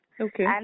Okay